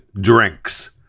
drinks